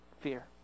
Fear